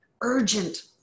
urgent